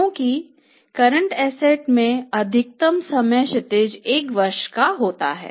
क्योंकि current asset में अधिकतम समय क्षितिज एक वर्ष है